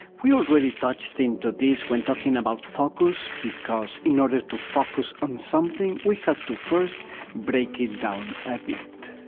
we already touched into this when talking about focus, because in order to focus on something, we had to first break it down a bit.